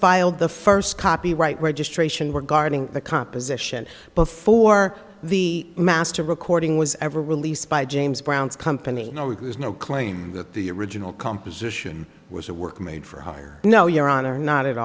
spiled the first copyright registration were guarding the composition before the mast a recording was ever released by james brown's company no it was no claim that the original composition was a work made for hire no your honor not at